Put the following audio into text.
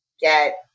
get